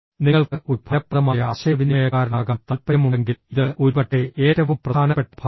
നിങ്ങൾക്ക് ഒരു ഫലപ്രദമായ ആശയവിനിമയക്കാരനാകാൻ താൽപ്പര്യമുണ്ടെങ്കിൽ ഇത് ഒരുപക്ഷേ ഏറ്റവും പ്രധാനപ്പെട്ട ഭാഗമാണ്